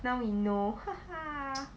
now we know haha